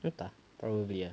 ya tak probably ah